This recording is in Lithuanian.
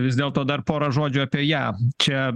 vis dėlto dar pora žodžių apie ją čia